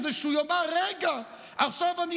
כדי שהוא יאמר: רגע,